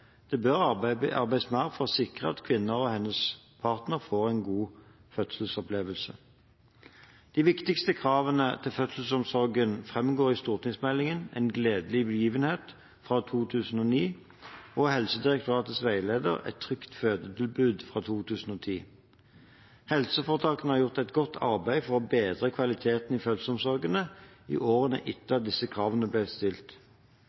det bør arbeides mer for å sikre at kvinnen og hennes partner får en god fødselsopplevelse. De viktigste kravene til fødselsomsorgen framgår av stortingsmeldingen En gledelig begivenhet, fra 2009, og Helsedirektoratets veileder Et trygt fødetilbud, fra 2010. Helseforetakene har gjort et godt arbeid for å bedre kvaliteten i fødselsomsorgen i årene etter at disse kravene ble stilt.